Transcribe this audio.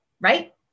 right